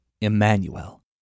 Emmanuel